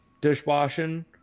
dishwashing